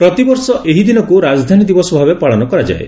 ପ୍ରତିବର୍ଷ ଏହି ଦିନକୁ ରାଜଧାନୀ ଦିବସ ଭାବେ ପାଳନ କରାଯାଏ